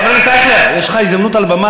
חבר הכנסת אייכלר, יש לך עוד מעט הזדמנות על הבמה